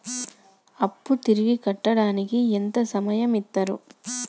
అప్పు తిరిగి కట్టడానికి ఎంత సమయం ఇత్తరు?